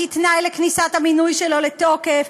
כתנאי לכניסת המינוי שלו לתוקף,